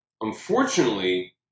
Unfortunately